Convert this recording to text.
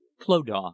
clodagh